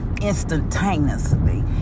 instantaneously